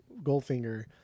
Goldfinger